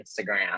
Instagram